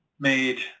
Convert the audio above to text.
made